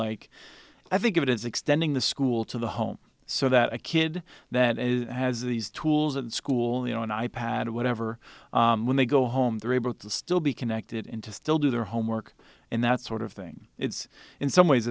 like i think of it as extending the school to the home so that a kid that is has these tools and school you know an i pad or whatever when they go home they're able to still be connected into still do their homework and that sort of thing it's in some ways